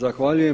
Zahvaljujem.